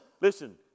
Listen